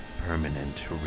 Permanent